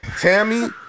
Tammy